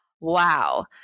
Wow